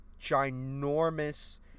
ginormous